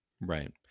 Right